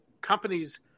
companies